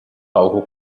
palco